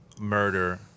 murder